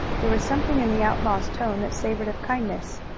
there was something in the outlaw's tone that savored of kindness.